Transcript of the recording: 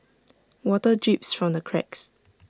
water drips from the cracks